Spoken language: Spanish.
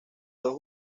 dos